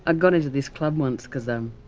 ah got into this club once because. um